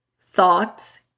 Thoughts